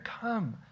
come